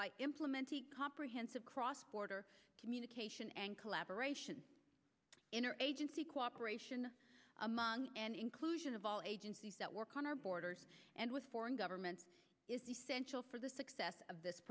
by implementing comprehensive cross border communication and collaboration interagency cooperation among and inclusion of all agencies that work on our borders and with foreign governments is essential for the success of this